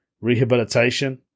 Rehabilitation